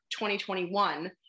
2021